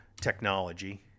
technology